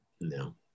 no